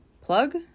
plug